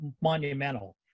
monumental